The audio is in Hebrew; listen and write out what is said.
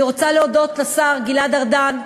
אני רוצה להודות לשר גלעד ארדן,